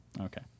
Okay